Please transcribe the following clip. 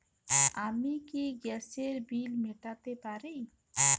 আমি কি গ্যাসের বিল মেটাতে পারি?